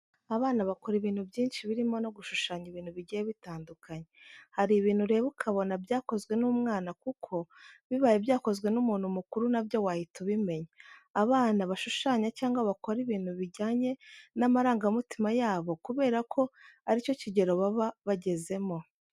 Abana bakora ibintu byinshi birimo no gushushanya ibintu bigiye bitandukanye. Hari ibintu ureba ukabona byakozwe n'umwana kuko bibaye byakozwe n'umuntu mukuru na byo wahita ubimenya. Abana bashushanya cyangwa bakora ibintu bijyanye n'amarangamutima yabo kubera ko ari cyo kigero baba bagezemo.